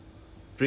moderation